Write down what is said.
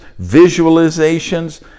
visualizations